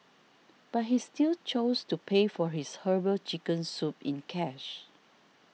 but he still chose to pay for his Herbal Chicken Soup in cash